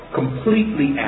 completely